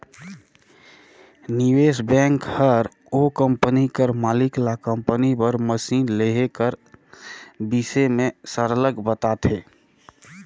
निवेस बेंक हर ओ कंपनी कर मालिक ल कंपनी बर मसीन लेहे कर बिसे में सरलग बताथे